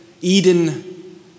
Eden